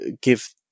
give